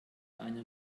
eine